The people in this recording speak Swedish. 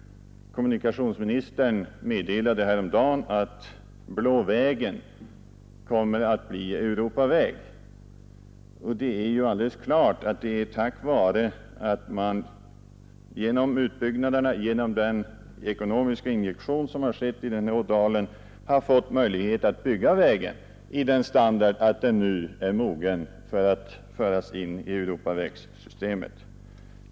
Kommunikationsministern meddelade häromdagen att Blå vägen kommer att bli Europaväg. Det är alldeles klart att det är tack vare att man genom utbyggnaderna och den ekonomiska injektion som skett i den ådalen har fått möjlighet att bygga den vägen i sådan standard att den är mogen att föras in i Europavägssystemet.